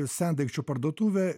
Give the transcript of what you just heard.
sendaikčių parduotuvė